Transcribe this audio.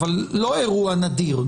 אבל לא אירוע נדיר,